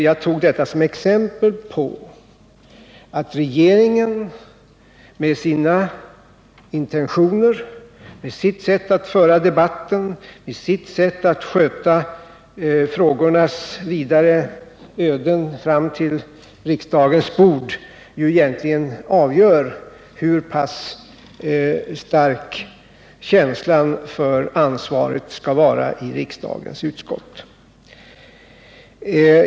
Jag tog detta som exempel på att regeringen med sina intentioner, sitt sätt att föra debatten och sitt sätt att sköta frågornas vidare öden fram till riksdagens bord ju egentligen avgör hur pass stark känslan för ansvaret skall vara i riksdagens utskott.